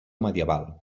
medieval